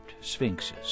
sphinxes